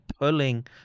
pulling